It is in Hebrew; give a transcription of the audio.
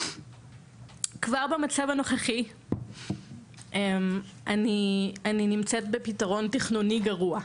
כבר במצב הנוכחי אני נמצאת בפתרון תכנוני גרוע.